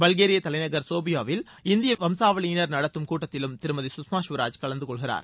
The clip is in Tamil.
பல்கேரியா தலைநகர் சோபியாவில் இந்திய வம்சாவளியினர் நடத்தும் கூட்டத்திலும் திருமதி சுஷ்மா சுவராஜ் கலந்துகொள்கிறார்